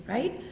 Right